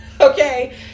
Okay